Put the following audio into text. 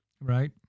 Right